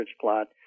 plot